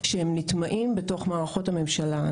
שהם מוטמעים בתוך מערכות הממשלה.